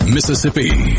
Mississippi